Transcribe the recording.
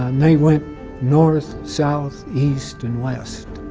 um they went north, south, east, and west.